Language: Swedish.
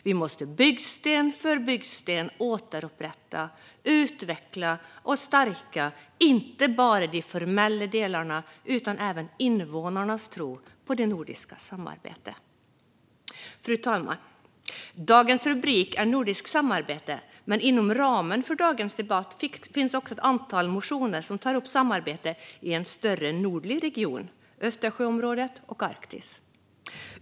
Vi måste byggsten för byggsten återupprätta, utveckla och stärka inte bara de formella delarna utan även invånarnas tro på det nordiska samarbetet. Fru talman! Dagens rubrik är "Nordiskt samarbete", men dagens debatt omfattar också ett antal motioner som tar upp samarbetet i en större nordlig region: Östersjöområdet och Arktis.